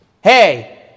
Hey